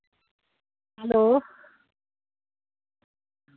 hello